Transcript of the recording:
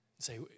say